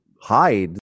hide